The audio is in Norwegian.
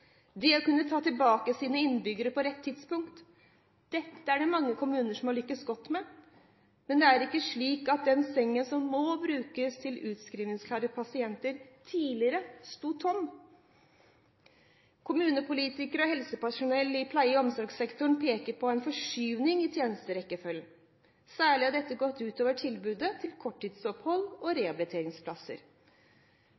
å kunne ta tilbake sine innbyggere på rett tidspunkt. Dette er det mange kommuner som har lyktes godt med. Men det er ikke slik at den sengen som nå brukes til utskrivingsklare pasienter, tidligere sto tom. Kommunepolitikere og helsepersonell i pleie- og omsorgssektoren peker på en forskyvning i tjenesterekkefølgen. Særlig har dette gått ut over tilbudet til korttidsopphold og